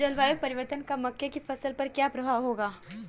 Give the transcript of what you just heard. जलवायु परिवर्तन का मक्के की फसल पर क्या प्रभाव होगा?